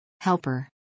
Helper